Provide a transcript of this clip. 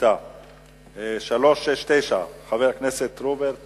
שאילתא מס' 369, של חבר הכנסת רוברט טיבייב,